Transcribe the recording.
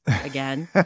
again